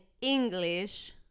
English